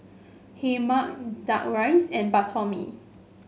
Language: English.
Hae Mee duck rice and Bak Chor Mee